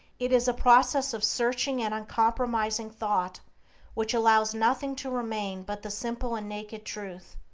it is a process of searching and uncompromising thought which allows nothing to remain but the simple and naked truth.